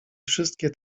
wszystkie